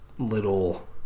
little